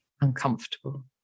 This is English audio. uncomfortable